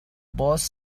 boss